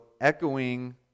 echoing